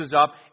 up